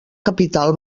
capital